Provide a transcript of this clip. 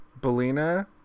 Belina